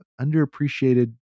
underappreciated